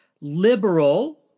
liberal